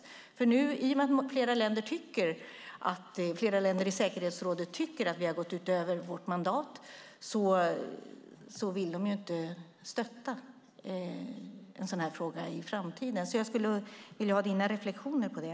I och med att flera länder i säkerhetsrådet tycker att vi har gått utöver vårt mandat vill de inte stötta en sådan här fråga i framtiden. Jag skulle vilja ha dina reflexioner på det.